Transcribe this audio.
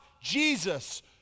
Jesus